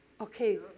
Okay